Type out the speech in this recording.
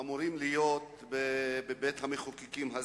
אמורים להיות בבית-המחוקקים הזה.